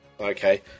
Okay